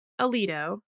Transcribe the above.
Alito